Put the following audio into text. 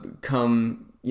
come